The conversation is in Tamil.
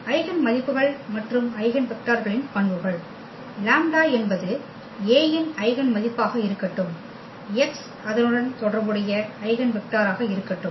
ஐகென் மதிப்புகள் மற்றும் ஐகென் வெக்டர்களின் பண்புகள் λ என்பது A இன் ஐகென் மதிப்பு ஆக இருக்கட்டும் x அதனுடன் தொடர்புடைய ஐகென் வெக்டராக இருக்கட்டும்